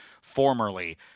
formerly